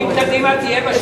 אם קדימה תהיה בשלטון,